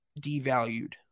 devalued